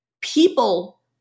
People